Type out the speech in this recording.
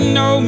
no